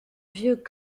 vieux